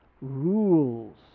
rules